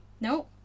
No